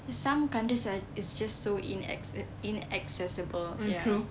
some countries are is just so inacc~ inaccessible ya